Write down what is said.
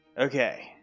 Okay